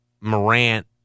Morant